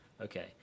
Okay